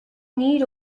need